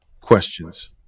questions